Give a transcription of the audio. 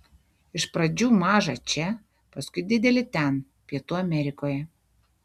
iš pradžių mažą čia paskui didelį ten pietų amerikoje